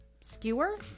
skewer